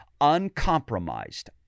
uncompromised